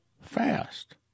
fast